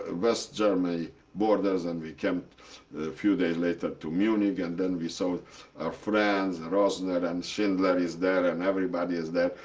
ah west germany borders, and we came a few days later to munich. and then we saw our friends, rosner and schindler, is there, and everybody is there,